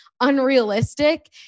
unrealistic